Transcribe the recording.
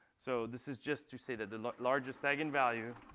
so this is just to say that the like largest eigenvalue